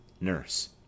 Nurse